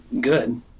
good